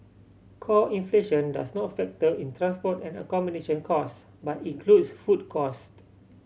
core inflation does not factor in transport and accommodation costs but includes food cost